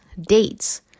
dates